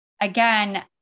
again